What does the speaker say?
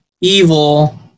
evil